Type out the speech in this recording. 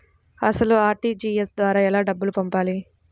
అసలు అర్.టీ.జీ.ఎస్ ద్వారా ఎలా డబ్బులు పంపాలి?